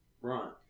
Right